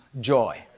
joy